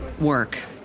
work